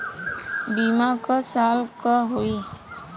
बीमा क साल क होई?